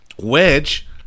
Wedge